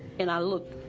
and i looked,